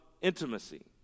intimacy